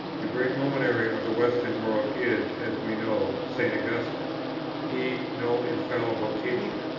the great luminary of the western world is, as we know, st. augustine he, no infallible teacher,